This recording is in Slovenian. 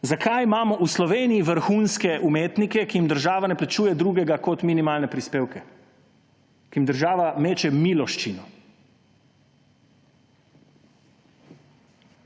Zakaj imamo v Sloveniji vrhunske umetnike, ki jim država ne plačuje drugega kot minimalne prispevke, ki jim država meče miloščino?